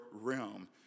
realm